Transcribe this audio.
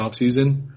offseason